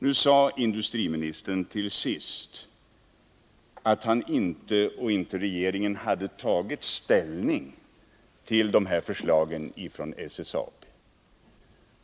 Nu sade industriministern till sist att han och regeringen inte hade tagit ställning till förslagen från SSAB.